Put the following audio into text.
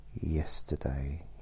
yesterday